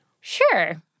Sure